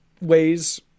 ways